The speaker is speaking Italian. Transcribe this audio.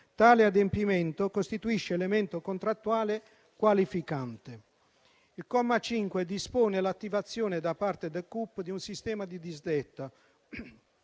Tale adempimento costituisce elemento contrattuale qualificante. Il comma 5 dispone l'attivazione, da parte del CUP, di un sistema di disdetta